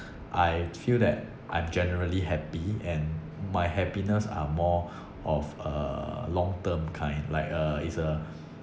I feel that I'm generally happy and my happiness are more of a long term kind like a it's a